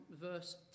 verse